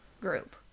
group